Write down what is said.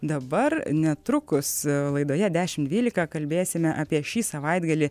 dabar netrukus laidoje dešimt dvylika kalbėsime apie šį savaitgalį